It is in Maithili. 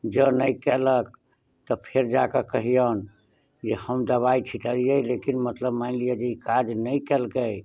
जॅं नहि कएलक तऽ फेर जा कऽ कहियौन जे हम दबाइ छिटलियै लेकिन मतलब मानि लिअ जे काज नहि कयलकै